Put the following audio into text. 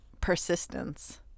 Persistence